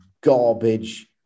garbage